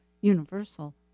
universal